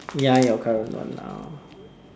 ya your current one now